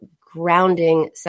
grounding